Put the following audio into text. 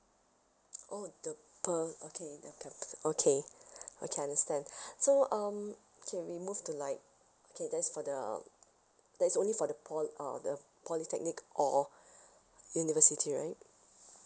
oh the per okay the per capita okay okay understand so um okay we move to like okay that's for the that's only for the pol~ uh the polytechnic or university right